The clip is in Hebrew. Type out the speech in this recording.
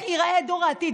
לאיך ייראה דור העתיד,